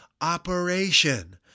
operation